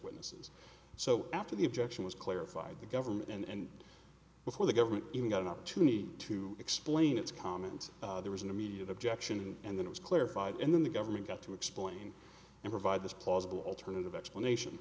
witnesses so after the objection was clarified the government and before the government even got an opportunity to explain its comment there was an immediate objection and that was clarified and then the government got to explain and provide this plausible alternative explanation